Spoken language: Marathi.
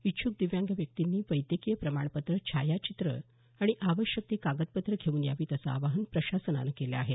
इच्छूक दिव्यांग व्यक्तींनी वैद्यकीय प्रमाणपत्र छायाचित्र आणि आवश्यक ती कागदपत्रं घेऊन यावीत असं आवाहन प्रशासनानं केलं आहे